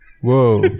Whoa